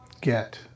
get